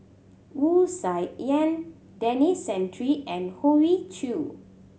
Wu Tsai Yen Denis Santry and Hoey Choo